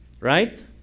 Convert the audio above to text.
right